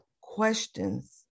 questions